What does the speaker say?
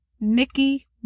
Nikki